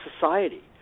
society